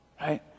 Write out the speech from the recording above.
Right